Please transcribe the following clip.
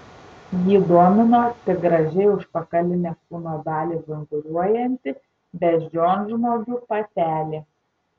jį domino tik gražiai užpakalinę kūno dalį vinguriuojanti beždžionžmogių patelė